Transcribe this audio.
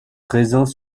présents